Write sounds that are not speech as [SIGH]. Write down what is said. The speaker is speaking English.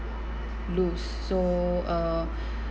lose so uh [BREATH]